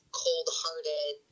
cold-hearted